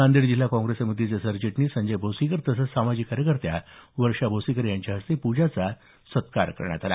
नांदेड जिल्हा काँग्रेस समितीचे सरचिटणीस संजय भोसीकर तसंच सामाजिक कार्यकर्त्या वर्षा भोसीकर यांच्या हस्ते पूजाचा सत्कार करण्यात आला